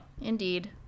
Indeed